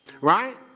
Right